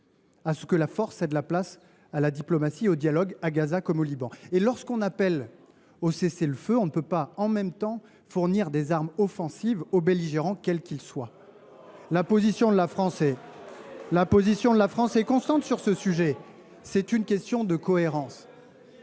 à ce que la force cède la place à la diplomatie et au dialogue, à Gaza comme au Liban. Et lorsque l’on appelle à un cessez le feu, on ne peut pas en même temps fournir des armes offensives aux belligérants, quels qu’ils soient. La position de la France est constante sur ce sujet. C’est une question de cohérence.